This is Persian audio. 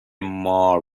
مار